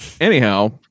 anyhow